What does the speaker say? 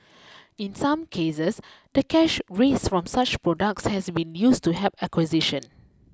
in some cases the cash raised from such products has been used to help acquisitions